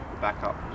backup